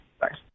Thanks